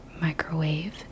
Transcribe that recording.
microwave